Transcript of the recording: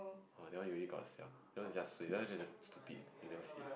!wah! that one you really got to siam that one is just suay that one is just stupid you never see